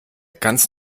ganz